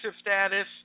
status